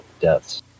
deaths